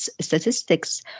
statistics